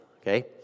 okay